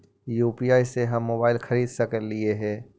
UPI से हम mobile खरिद सकलिऐ है